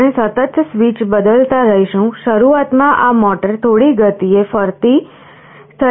આપણે સતત સ્વીચ દબાવતા રહીશું શરૂઆત માં મોટર થોડી ગતિએ ફરતી થઈ જશે